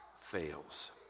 fails